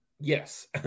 yes